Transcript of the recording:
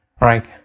right